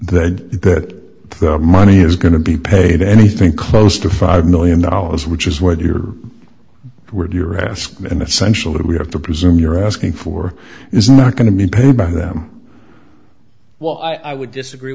that the money is going to be paid anything close to five million dollars which is what you're you're asking and essential that we have to presume you're asking for is not going to be paid by them well i would disagree